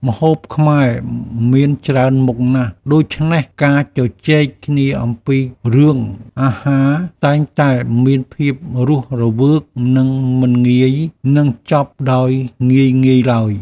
ម្ហូបខ្មែរមានច្រើនមុខណាស់ដូច្នេះការជជែកគ្នាអំពីរឿងអាហារតែងតែមានភាពរស់រវើកនិងមិនងាយនឹងចប់ដោយងាយៗឡើយ។